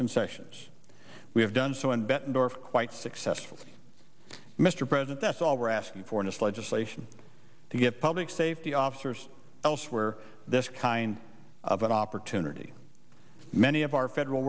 concessions we have done so in bettendorf quite successful mr president that's all we're asking for this legislation to give public safety officers elsewhere this kind of opportunity many of our federal